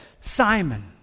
Simon